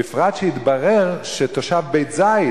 בפרט שהתברר שתושב בית-זית,